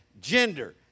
gender